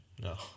no